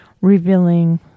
revealing